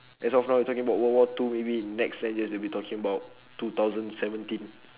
as of now we're talking about world war two maybe in next ten years we'll be talking about two thousand seventeen